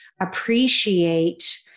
appreciate